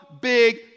big